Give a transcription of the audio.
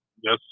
Yes